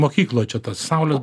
mokykloj čia tos saulės